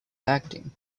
acting